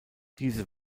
diese